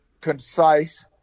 concise